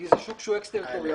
כי זה שוק שהוא אקס טריטוריאלי.